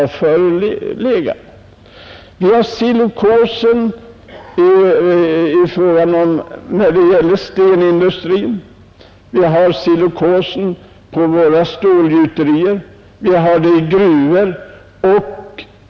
Det finns risk för silikos för dem som arbetar inom stenindustrin, i stålgjuterier och i gruvor.